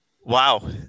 Wow